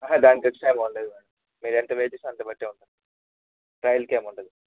దానికి extra amount లేదు madam మీరు ఎంత వైట్ చేస్తే అంత బట్టే ఉంటుంది ట్రయల్కు ఏమి ఉండదు